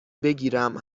بگیرم